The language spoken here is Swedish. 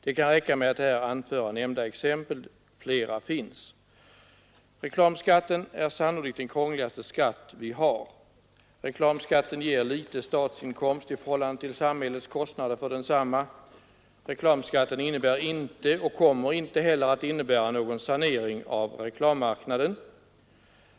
Det kan räcka med att här anföra nämnda exempel. Flera finns! Reklamskatten är sannolikt den krångligaste skatt vi har. Reklamskatten ger lite statsinkomst i förhållande till samhällets kostnader för densamma. Reklamskatten innebär inte och kommer inte heller att innebära någon sanering av reklammarknaden.